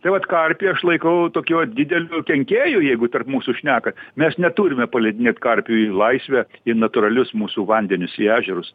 tai vat karpį aš laikau tokiu va dideliu kenkėju jeigu tarp mūsų šnekant mes neturime paleidinėt karpių į laisvę į natūralius mūsų vandenis į ežerus